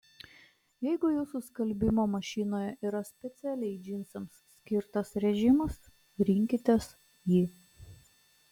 jeigu jūsų skalbimo mašinoje yra specialiai džinsams skirtas režimas rinkitės jį